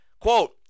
Quote